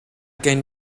can